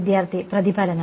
വിദ്യാർത്ഥി പ്രതിഫലനം